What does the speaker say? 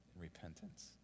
repentance